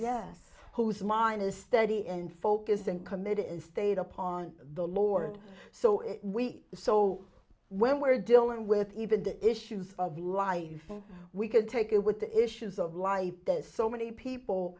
m s whose mind is steady and focused and committed and stayed upon the lord so we so when we're dealing with even the issues of life we can take it with the issues of life that so many people